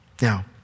Now